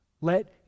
Let